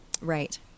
right